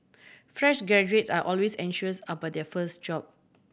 fresh graduates are always anxious about their first job